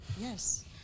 Yes